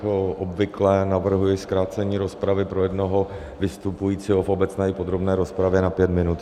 Jako obvykle navrhuji zkrácení rozpravy pro jednoho vystupujícího v obecné i podrobné rozpravě na pět minut.